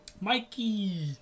Mikey